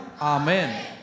Amen